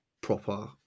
proper